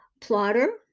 Plotter